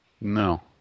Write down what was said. No